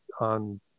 on